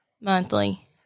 monthly